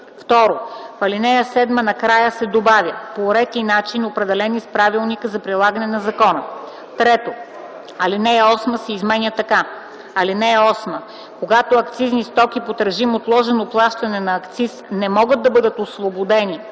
2. В ал. 7 накрая се добавя „по ред и начин, определени с правилника за прилагане на закона”. 3. Алинея 8 се изменя така: „(8) Когато акцизни стоки под режим отложено плащане на акциз не могат да бъдат освободени